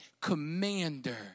commander